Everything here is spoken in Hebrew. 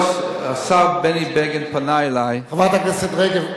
השר בני בגין פנה אלי חברת הכנסת רגב,